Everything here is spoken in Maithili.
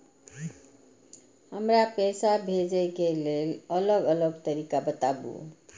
हमरा पैसा भेजै के लेल अलग अलग तरीका बताबु?